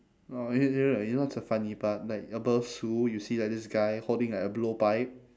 or y~ y~ know you know what's the funny part like above sue you see like this guy holding like a blowpipe